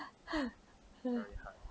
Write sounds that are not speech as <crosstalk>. <laughs>